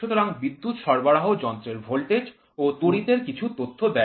সুতরাং বিদ্যুৎ সরবরাহ যন্ত্রের ভোল্টেজ ও তড়িৎ এর কিছু তথ্য দেয়